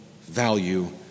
value